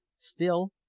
still,